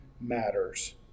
matters